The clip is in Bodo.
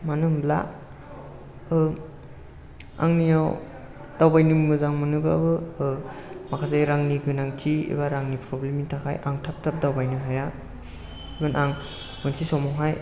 मानो होनोब्ला आंनियाव दावबायनो मोजां मोनोबाबो माखासे रांनि गोनांथि एबा रांनि प्रब्लेम नि थाखाय आं थाब थाब दावबायनो हाया आं मोनसे समावहाय